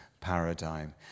paradigm